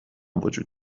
وجود